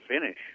finish